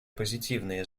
позитивные